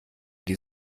die